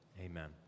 amen